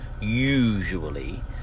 usually